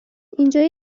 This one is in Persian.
اینجا